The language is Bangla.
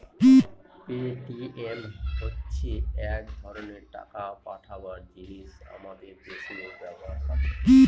পেটিএম হচ্ছে এক ধরনের টাকা পাঠাবার জিনিস আমাদের দেশেও ব্যবহার হয়